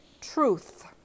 truth